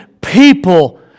people